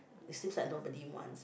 it seem like nobody wants